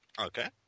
Okay